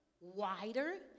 wider